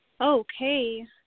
Okay